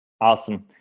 Awesome